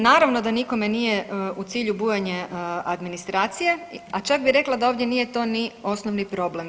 Naravno da nikome nije u cilju bujanje administracije, a čak bi rekla da ovdje nije to ni osnovni problem.